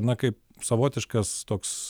na kaip savotiškas toks